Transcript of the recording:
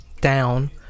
down